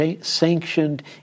sanctioned